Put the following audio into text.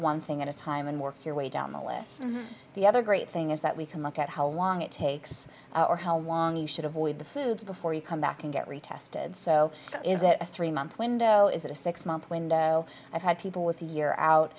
one thing at a time and work your way down the list the other great thing is that we can look at how long it takes or how long you should avoid the food before you come back and get retested so is it a three month window is it a six month window i've had people with a year